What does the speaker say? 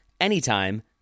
anytime